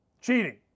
cheating